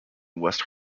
west